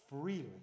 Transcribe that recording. freely